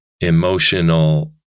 emotional